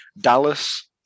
Dallas